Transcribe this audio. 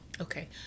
Okay